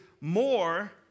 more